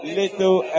little